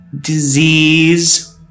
disease